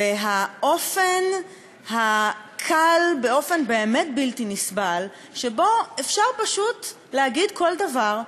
והאופן הקל באופן באמת בלתי נסבל שבו אפשר פשוט להגיד כל דבר,